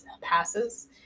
passes